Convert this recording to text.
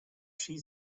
she